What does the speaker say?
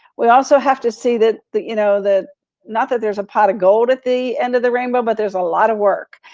we also have to see that the, you know not that there's a pot of gold at the end of the rainbow, but there's a lot of work.